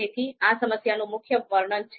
તેથી આ સમસ્યાનું મુખ્ય વર્ણન છે